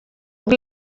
ubwo